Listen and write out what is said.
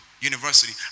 university